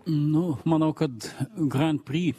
nu manau kad gram pry